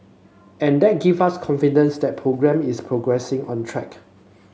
and that give us confidence that programme is progressing on track